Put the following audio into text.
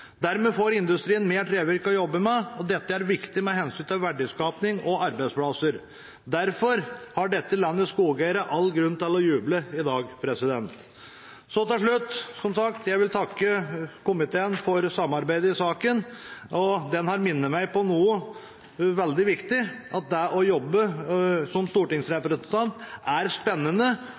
Dermed får industrien mer trevirke å jobbe med, og dette er viktig med hensyn til verdiskaping og arbeidsplasser. Derfor har dette landets skogeiere all grunn til å juble i dag. Så, til slutt, vil jeg takke komiteen for samarbeidet i saken. Den har minnet meg på noe veldig viktig – at det å jobbe som stortingsrepresentant er spennende